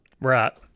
right